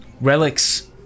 Relic's